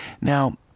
Now